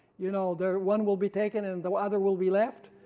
you know the one will be taken, and the other will be left?